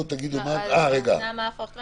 עד עכשיו הוועדה עסקה בהסדרת של הדיונים בבתי המשפט